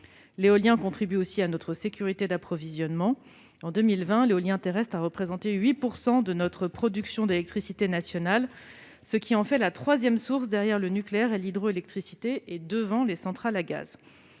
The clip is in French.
L'éolien contribue aussi à notre sécurité d'approvisionnement. En 2020, l'éolien terrestre a représenté 8 % de notre production électrique nationale, ce qui en fait la troisième source derrière le nucléaire puis l'hydroélectricité, et devant les centrales à gaz.